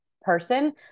person